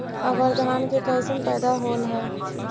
अबर धान के कैसन पैदा होल हा?